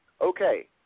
Okay